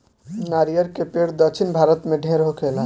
नरियर के पेड़ दक्षिण भारत में ढेर होखेला